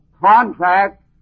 contract